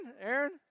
Aaron